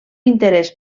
interès